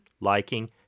liking